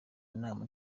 nama